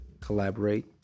collaborate